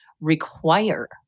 require